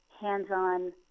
hands-on